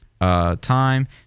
time